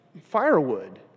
firewood